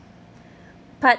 part